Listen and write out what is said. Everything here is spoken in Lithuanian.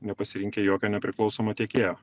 nepasirinkę jokio nepriklausomo tiekėjo